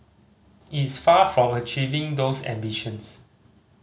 it's far from achieving those ambitions